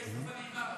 שתהיה שפה נעימה.